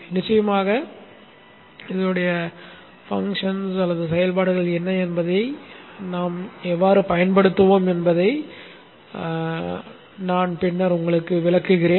நிச்சயமாக செயல்பாடுகள் என்ன அதை எவ்வாறு பயன்படுத்துவோம் என்பதை நான் பின்னர் உங்களுக்கு விளக்குகிறேன்